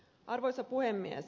arvoisa puhemies